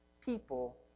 people